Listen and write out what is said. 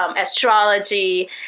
astrology